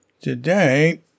today